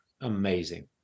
Amazing